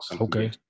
Okay